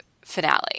finale